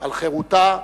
על חירותה,